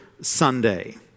Sunday